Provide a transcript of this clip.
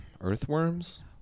earthworms